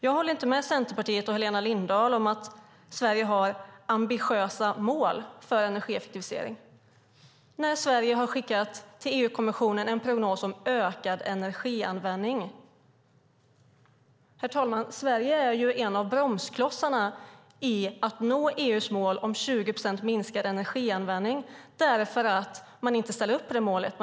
Jag håller inte med Centerpartiet och Helena Lindahl om att Sverige har ambitiösa mål för energieffektivisering när Sverige har skickat en prognos om ökad energianvändning till EU-kommissionen. Sverige är, herr talman, en av bromsklossarna i att nå EU:s mål om 20 procents minskad energianvändning därför att man inte ställer upp på det målet.